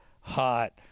hot